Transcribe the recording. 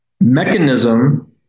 mechanism